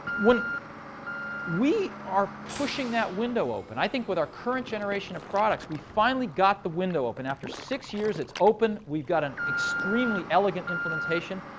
when we are pushing that window open, i think with our current generation of products, we finally got the window open. after six years, it's open. we've got an extremely elegant implementation.